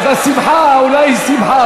אז השמחה אולי היא שמחה,